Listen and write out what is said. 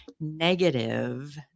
negative